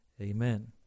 amen